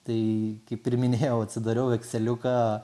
tai kaip ir minėjau atsidariau ekseliuką